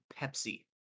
Pepsi